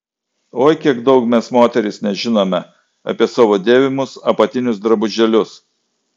oi kiek daug mes moterys nežinome apie savo dėvimus apatinius drabužėlius